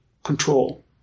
Control